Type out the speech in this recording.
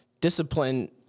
discipline